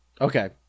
Okay